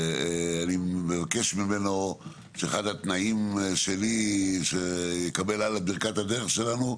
אני מבקש ממנו שאחד התנאים שלי שיקבל את ברכת הדרך שלנו,